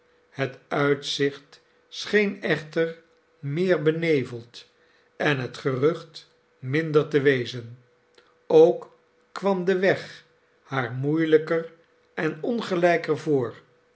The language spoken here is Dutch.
het uitzicht scheen echter meer beneveld en het gerucht minder te wezen ook kwam de weg haar moeielijker en ongelijker voor